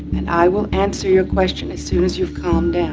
and i will answer your question as soon as you've calmed down.